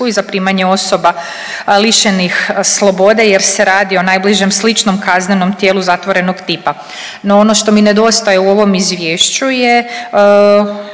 i zaprimanje osoba lišenih slobode jer se radi o najbližem sličnom kaznenom tijelu zatvorenog tipa. No ono što mi nedostaje u ovom izvješću je,